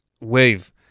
wave